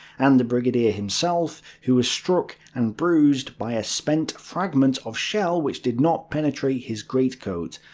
and the brigadier himself, who was struck and bruised by a spent fragment of shell which did not penetrate his greatcoat.